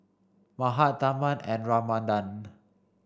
Mahade Tharman and Ramanand